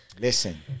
Listen